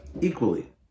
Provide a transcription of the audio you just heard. equally